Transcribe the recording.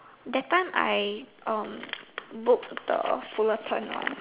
that time I book the Fullerton one